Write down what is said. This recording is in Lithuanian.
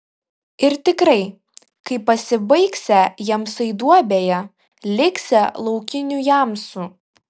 ir tikrai kai pasibaigsią jamsai duobėje liksią laukinių jamsų